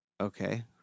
Okay